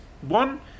one